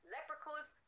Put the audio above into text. Leprechauns